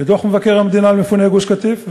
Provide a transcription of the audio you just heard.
בדוח מבקר המדינה על מפוני גוש-קטיף,